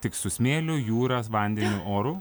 tik su smėliu jūras vandeniu oru